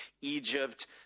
Egypt